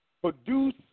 produce